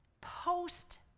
post